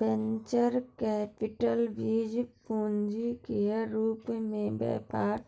venture capital बीज पूंजी केर रूप मे व्यापार